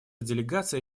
делегация